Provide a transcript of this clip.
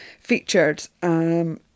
featured